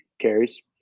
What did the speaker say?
carries